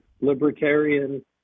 Libertarian